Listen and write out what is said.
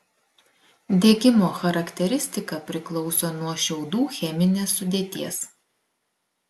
degimo charakteristika priklauso nuo šiaudų cheminės sudėties